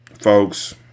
folks